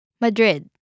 Madrid